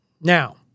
Now